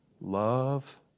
love